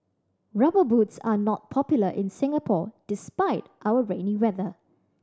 Rubber Boots are not popular in Singapore despite our rainy weather